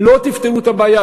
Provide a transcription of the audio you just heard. לא תפתרו את הבעיה.